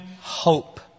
hope